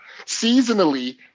seasonally